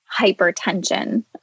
hypertension